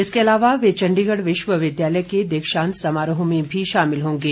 इसके अलावा वे चंडीगढ़ विश्वविद्यालय के दीक्षांत समारोह में भी शामिल होंगे